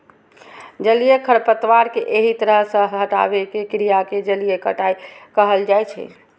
जलीय खरपतवार कें एहि तरह सं हटाबै के क्रिया कें जलीय कटाइ कहल जाइ छै